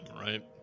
right